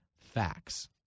facts